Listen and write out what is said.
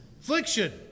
affliction